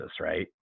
right